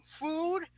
food